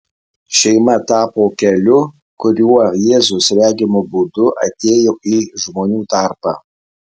šeima tapo keliu kuriuo jėzus regimu būdu atėjo į žmonių tarpą